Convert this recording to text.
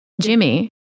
Jimmy